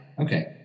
Okay